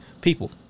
People